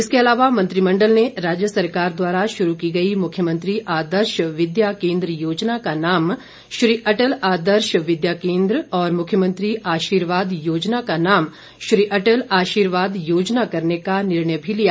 इसके अलावा मंत्रिमंडल ने राज्य सरकार द्वारा शुरू की गई मुख्यमंत्री आदर्श विद्या केंद्र योजना का नाम श्री अटल आदर्श विद्या केंद्र और मुख्यमंत्री आर्शीवाद योजना का नाम श्री अटल आर्शीवाद योजना करने का निर्णय भी लिया